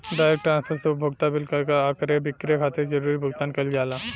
direct transfer से उपभोक्ता bill कर आ क्रय विक्रय खातिर जरूरी भुगतान कईल जाला